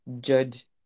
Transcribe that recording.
judge